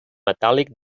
metàl·lic